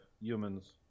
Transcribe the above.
humans